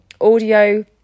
audio